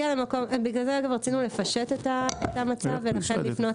בגלל זה אגב רצינו לפשט את המצב ולכן לפנות